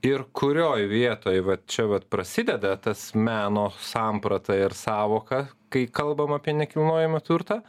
ir kurioj vietoj vat čia vat prasideda tas meno samprata ir sąvoka kai kalbama apie nekilnojamą turtą